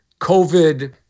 COVID